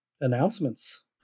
Announcements